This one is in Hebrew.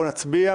ניגש להצבעה.